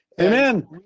Amen